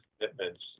commitments